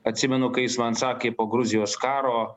atsimenu kai jis man sakė po gruzijos karo